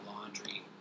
laundry